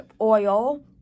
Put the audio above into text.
oil